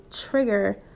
trigger